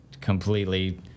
completely